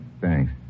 Thanks